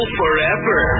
forever